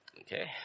Okay